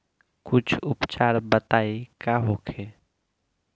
कुछ उपचार बताई का होखे?